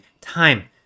time